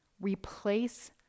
replace